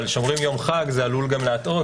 אבל כשאומרים יום חג זה עלול להטעות